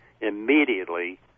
immediately